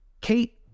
Kate